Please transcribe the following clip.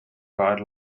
guide